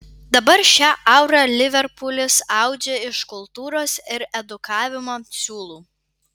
dabar šią aurą liverpulis audžia iš kultūros ir edukavimo siūlų